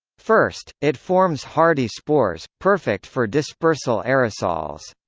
first, it forms hardy spores, perfect for dispersal aerosols.